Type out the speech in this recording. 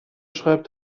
schreibt